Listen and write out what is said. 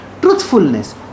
Truthfulness